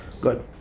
Good